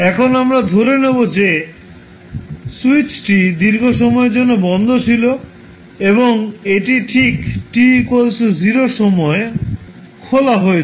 এখন আমরা ধরে নেব যে সুইচটি দীর্ঘ সময়ের জন্য বন্ধ ছিল এবং এটি ঠিক t0 সময়ে খোলা হয়েছিল